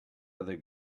other